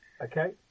Okay